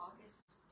August